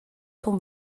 ton